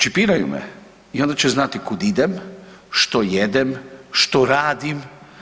Čipiraju me i onda će znati kud idem, što jedem, što radim.